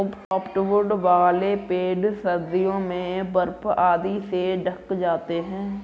softwood वाले पेड़ सर्दियों में बर्फ आदि से ढँक जाते हैं